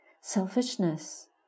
selfishness